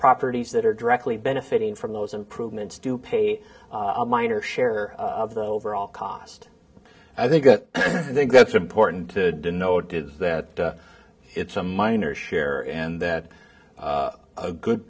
properties that are directly benefiting from those improvements do pay a minor share of the overall cost i think i think that's important to know did that it's a minor share and that a good